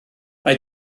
mae